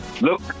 Look